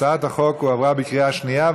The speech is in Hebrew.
הצעת החוק הועברה בקריאה שנייה.